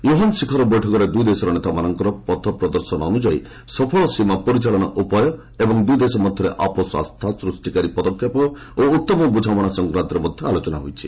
Wuhan ଶିଖର ବୈଠକରେ ଦୁଇ ଦେଶର ନେତାମାନଙ୍କର ପଥପ୍ରଦର୍ଶନ ଅନୁଯାୟୀ ସଫଳ ସୀମା ପରିଚାଳନା ଉପାୟ ଏବଂ ଦୁଇ ଦେଶ ମଧ୍ୟରେ ଆପୋଷ ଆସ୍ଥା ସୃଷ୍ଟିକାରୀ ପଦକ୍ଷେପ ଓ ଉତ୍ତମ ବୁଝାମଣା ସଂକ୍ରାନ୍ତରେ ମଧ୍ୟ ଆଲୋଚନା ହୋଇଛି